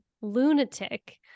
lunatic